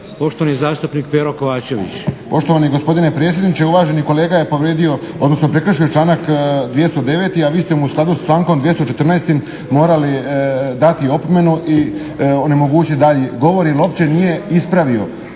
poštovani zastupnik Pero Kovačević.